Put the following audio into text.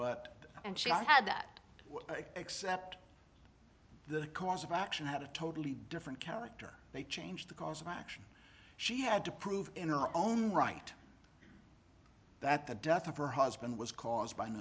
but and she had that one except the course of action had a totally different character they changed the course of action she had to prove in her own right that the death of her husband was caused by